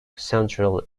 central